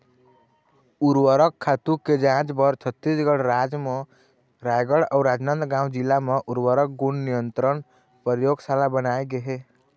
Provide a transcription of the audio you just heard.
उरवरक खातू के जांच बर छत्तीसगढ़ राज म रायगढ़ अउ राजनांदगांव जिला म उर्वरक गुन नियंत्रन परयोगसाला बनाए गे हे